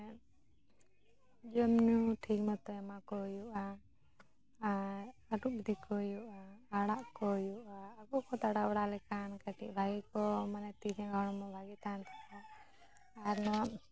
ᱡᱚᱢ ᱧᱩ ᱴᱷᱤᱠ ᱢᱚᱛᱚ ᱮᱢᱟ ᱠᱚ ᱦᱩᱭᱩᱜᱼᱟ ᱟᱨ ᱟᱨᱩᱵ ᱤᱫᱤ ᱠᱚ ᱦᱩᱭᱩᱜᱼᱟ ᱟᱲᱟᱜ ᱠᱚ ᱦᱩᱭᱩᱜᱼᱟ ᱟᱵᱚ ᱠᱚ ᱫᱟᱬᱟ ᱵᱟᱲᱟ ᱞᱮᱠᱷᱟᱱ ᱠᱟᱹᱴᱤᱡ ᱵᱷᱟᱜᱮ ᱠᱚ ᱛᱤ ᱡᱟᱸᱜᱟ ᱦᱚᱲᱢᱚ ᱵᱷᱟᱜᱮ ᱛᱟᱦᱮᱱ ᱛᱟᱠᱚᱣᱟ ᱟᱨ ᱱᱚᱣᱟ